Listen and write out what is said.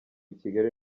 kigali